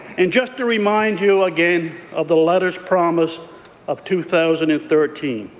and just to remind you again of the letters' promise of two thousand and thirteen,